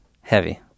heavy